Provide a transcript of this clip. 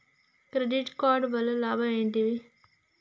Credit card వల్ల లాభం ఏంటి?